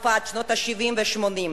תקופת שנות ה-70 וה-80,